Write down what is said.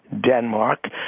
Denmark